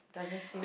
doesn't seem